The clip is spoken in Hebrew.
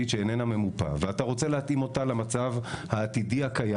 שאיננה ממופה ואתה רוצה להתאים אותה למצב העתידי הקיים,